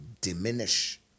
diminish